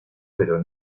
pero